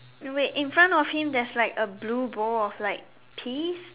no wait in front of him there is like a blue bowl of like peas